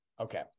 Okay